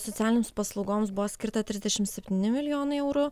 socialinėms paslaugoms buvo skirta trisdešim septyni milijonai eurų